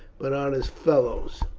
but on his fellows,